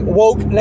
woke